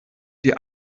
die